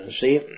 See